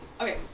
okay